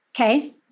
Okay